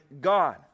God